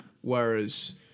Whereas